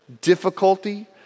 difficulty